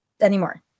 anymore